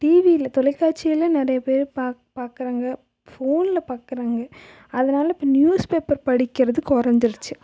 டீவியில் தொலைக்காட்சியில் நிறைய பேர் பாக் பார்க்குறாங்க ஃபோனில் பார்க்குறாங்க அதனாலே இப்போ நியூஸ் பேப்பர் படிக்கிறது கொறஞ்சிருச்சு